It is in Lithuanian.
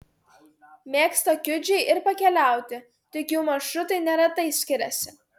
mėgsta kiudžiai ir pakeliauti tik jų maršrutai neretai skiriasi